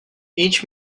each